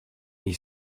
ich